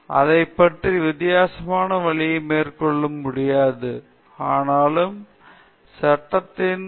எனவே அதைப் பற்றி எந்தவிதமான வழியையும் மேற்கொள்ள முடியாது ஒவ்வொரு கட்டத்திலும் வெவ்வேறு வழிகளில் சிக்கலை எதிர்கொள்ள நீங்கள் எச்சரிக்கையாக இருக்க வேண்டும்